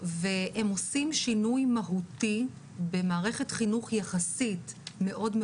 הם עושים שינוי מהותי במערכת חינוך יחסית מאוד,